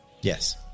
Yes